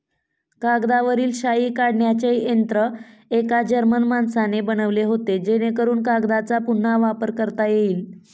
कागदावरील शाई काढण्याचे यंत्र एका जर्मन माणसाने बनवले होते जेणेकरून कागदचा पुन्हा वापर करता येईल